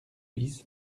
bis